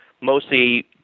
mostly